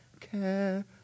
care